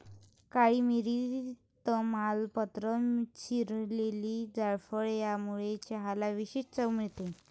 काळी मिरी, तमालपत्र, चिरलेली जायफळ यामुळे चहाला विशेष चव मिळते